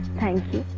thank you.